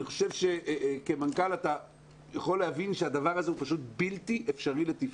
אני חושב שכמנכ"ל אתה יכול להבין שהדבר הזה פשוט בלתי אפשרי לתפעול.